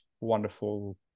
wonderful